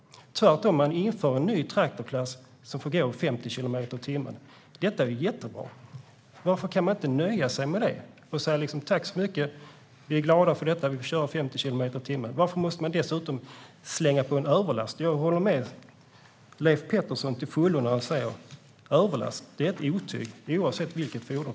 Tvärtom inför man en ny traktortyp som får gå i 50 kilometer per timme. Detta är jättebra. Varför kan man inte nöja sig med det och säga tack, vi är glada för att vi får köra i 50 kilometer per timme? Varför måste man dessutom slänga på en överlast? Jag håller med Leif Pettersson till fullo när han säger att överlast är ett otyg, oavsett fordon.